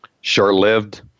short-lived